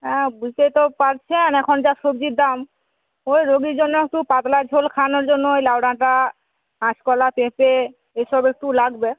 হ্যাঁ বুঝতে তো পারছেন এখন যা সবজির দাম ওই রুগীর জন্য একটু পাতলা ঝোল খাওয়ানোর জন্য ওই লাউডাঁটা কাঁচকলা পেঁপে এসব একটু লাগবে